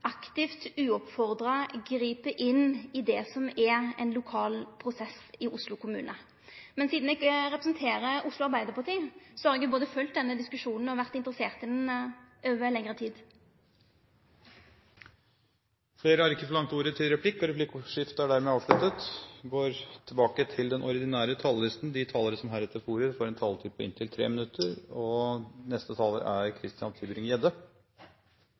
aktivt, uoppfordra grip inn i det som er ein lokal prosess i Oslo kommune. Men sidan eg representerer Oslo Arbeidarparti, har eg følgt denne diskusjonen og vore interessert i han over lengre tid. Replikkordskiftet er omme. De talere som heretter får ordet, har en taletid på inntil 3 minutter. Jeg undres litt over de ulike taleres angrep på denne saken. Man er veldig opptatt av kommunal selvråderett og